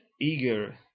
eager